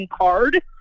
card